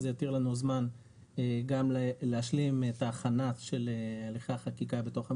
וזה יתיר לנו זמן גם להשלים את ההכנה של הליכי החקיקה בתוך המשרד,